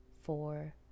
four